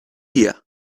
here